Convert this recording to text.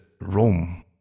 Rome